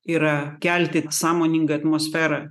yra kelti sąmoningą atmosferą